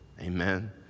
Amen